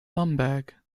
bumbag